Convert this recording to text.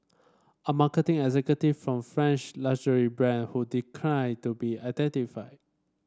a marketing executive from a French luxury brand who declined to be identified